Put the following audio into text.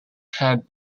had